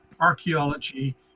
archaeology